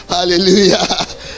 Hallelujah